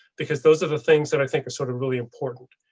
because those are the things that i think is sort of really important,